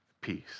peace